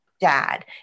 dad